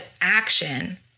action